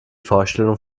vorstellung